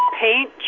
Paint